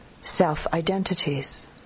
self-identities